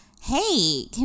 hey